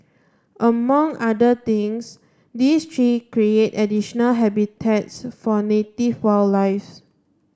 among other things these tree create additional habitats for native wildlife's